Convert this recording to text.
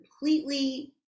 completely